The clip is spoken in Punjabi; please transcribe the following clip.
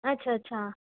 ਅੱਛਾ ਅੱਛਾ